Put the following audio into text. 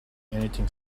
anything